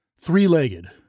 three-legged